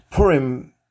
Purim